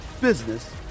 business